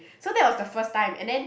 so that was the first time and then